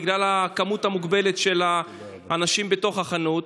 בגלל המספר המוגבל של האנשים בתוך החנות.